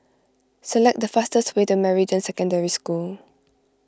select the fastest way to Meridian Secondary School